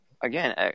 again